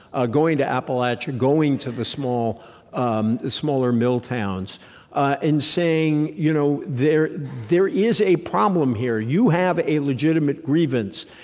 ah going to appalachia, going to the um smaller mill towns and saying, you know there there is a problem here. you have a legitimate grievance.